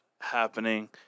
happening